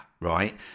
right